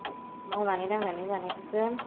मावनानै दांनानै जानायखौसो